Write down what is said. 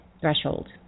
threshold